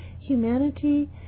Humanity